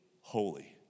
holy